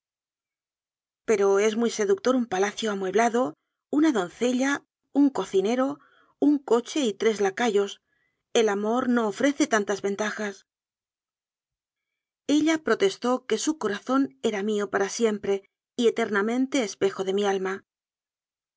pero es muy seductor un palacio amueblado una doncella un cocinero un coche y tres la cayos el amor no ofrece tantas ventajas ella protestó que su corazón era mío para siem pre y eternamente espejo de mi alma